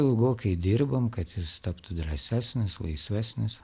ilgokai dirbom kad jis taptų drąsesnis laisvesnis